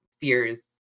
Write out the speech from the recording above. fears